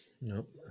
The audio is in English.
Nope